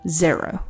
zero